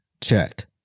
check